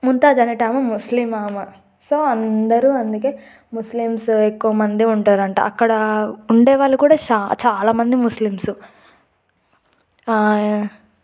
ముంతాజ్ అనేటామే ముస్లిం ఆమె సో అందరూ అందుకే ముస్లిమ్స్ ఎక్కువమంది ఉంటారు అంట అక్కడ ఉండే వాళ్ళు కూడా చా చాలా మంది ముస్లిమ్స్